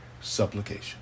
supplication